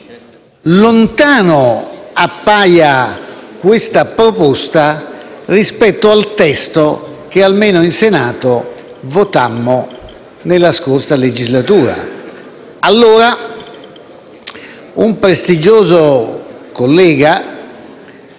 lontana appaia questa proposta rispetto al testo che, almeno in Senato, votammo nella scorsa legislatura. Un prestigioso collega,